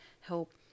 help